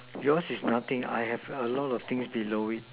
yours is nothing I have a lot of things below it